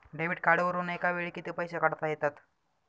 Debit कार्डवरुन एका वेळी किती पैसे काढता येतात?